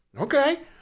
okay